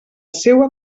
seua